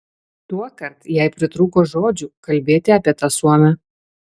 tuokart jai pritrūko žodžių kalbėti apie tą suomę